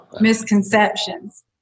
misconceptions